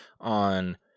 on